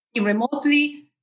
remotely